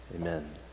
amen